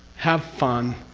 have fun.